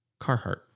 carhartt